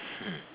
hmm